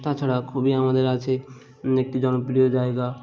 তাছাড়া খুবই আমাদের আছে একটি জনপ্রিয় জায়গা